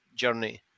journey